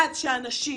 עד שאנשים,